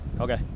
Okay